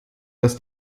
dass